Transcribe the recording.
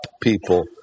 people